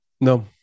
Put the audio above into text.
No